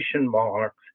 marks